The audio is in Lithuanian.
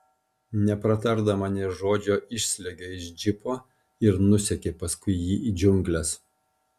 nepratardama nė žodžio išsliuogė iš džipo ir nusekė paskui jį į džiungles